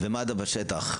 ומד"א בשטח.